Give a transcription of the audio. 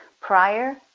prior